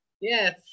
Yes